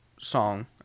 song